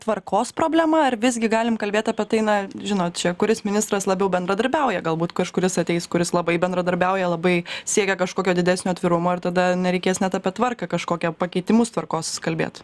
tvarkos problema ar visgi galim kalbėt apie tai na žinot čia kuris ministras labiau bendradarbiauja galbūt kažkuris ateis kuris labai bendradarbiauja labai siekia kažkokio didesnio atvirumo ir tada nereikės net apie tvarką kažkokią pakeitimus tvarkos kalbėt